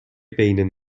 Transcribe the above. بین